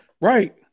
Right